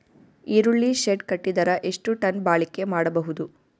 ಈರುಳ್ಳಿ ಶೆಡ್ ಕಟ್ಟಿದರ ಎಷ್ಟು ಟನ್ ಬಾಳಿಕೆ ಮಾಡಬಹುದು?